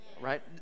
Right